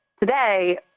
Today